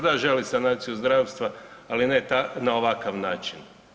Da želi sanaciju zdravstva, ali ne na ovakav način.